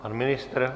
Pan ministr?